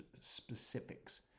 specifics